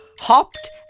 hopped